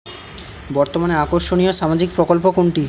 বর্তমানে আকর্ষনিয় সামাজিক প্রকল্প কোনটি?